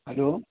hello